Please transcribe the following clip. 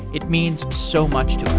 it means so much